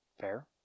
Fair